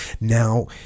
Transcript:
Now